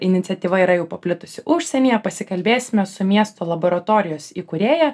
iniciatyva yra jau paplitusi užsienyje pasikalbėsime su miesto laboratorijos įkūrėja